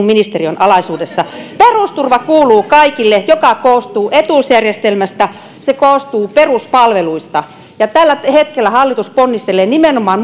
ministeriöni alaisuudessa perusturva kuuluu kaikille ja se koostuu etuusjärjestelmästä se koostuu peruspalveluista tällä hetkellä hallitus ponnistelee nimenomaan